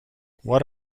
what